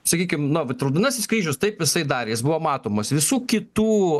sakykim na vat raudonasis kryžius taip jisai darė jis buvo matomas visų kitų